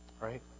Right